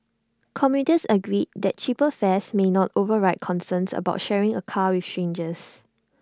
commuters agreed that cheaper fares might not override concerns about sharing A car with strangers